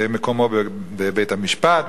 מקומו בבית-המשפט,